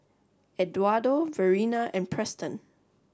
Eduardo Verena and Preston